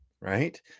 right